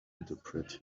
interpret